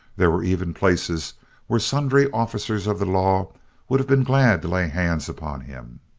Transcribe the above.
there were even places where sundry officers of the law would have been glad to lay hands upon him.